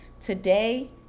Today